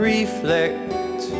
Reflect